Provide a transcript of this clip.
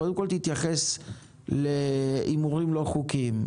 קודם כול, תתייחס להימורים לא חוקיים.